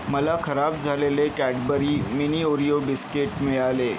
मला खराब झालेले कॅडबरी मिनी ओरिओ बिस्किट मिळाले